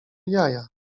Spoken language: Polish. jaja